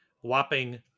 whopping